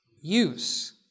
use